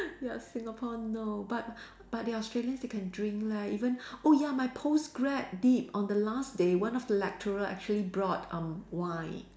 ya Singapore no but but the Australians they can drink leh even oh ya my postgrad did on the last day one of the lecturer actually brought um wine